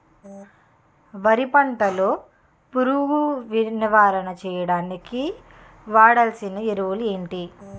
వరి పంట లో పురుగు నివారణ చేయడానికి వాడాల్సిన ఎరువులు ఏంటి?